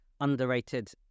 underrated